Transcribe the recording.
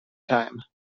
time